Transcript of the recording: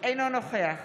אינו נוכח